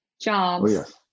jobs